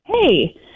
Hey